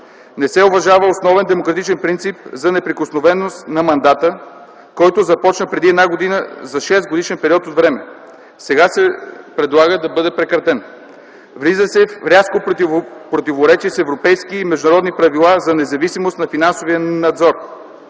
Не се уважава основен демократичен принцип за неприкосновеност на мандата, който започна преди една година за шестгодишен период от време. Сега се предлага да бъде прекратен. Влиза се в рязко противоречие с европейски и международни правила за независимост на финансовия надзор.